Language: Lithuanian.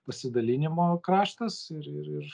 pasidalinimo kraštas ir ir ir